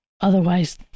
Otherwise